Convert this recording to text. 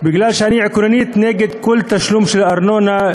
בגלל שאני עקרונית נגד כל תשלום של ארנונה,